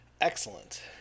Excellent